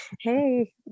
hey